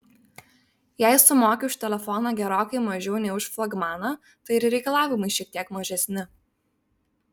jei sumoki už telefoną gerokai mažiau nei už flagmaną tai ir reikalavimai šiek tiek mažesni